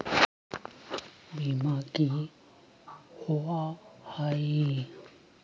बीमा की होअ हई?